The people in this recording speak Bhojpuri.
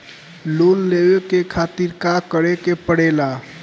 लोन लेवे के खातिर का करे के पड़ेला?